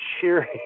cheering